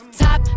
top